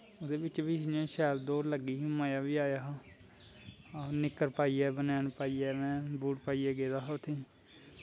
ओह्दै बिच्च बी इयां शैल दौड़ लग्गी ही मज़ा बी आया हा निक्कर पाईयै बनैन पाईयै बूट पाईयै गेदे हा में उत्थें